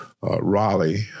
Raleigh